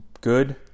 good